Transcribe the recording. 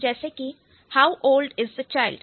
जैसे कि how old is the child